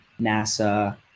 NASA